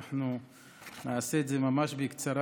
אנחנו נעשה את זה ממש בקצרה,